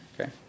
Okay